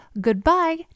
goodbye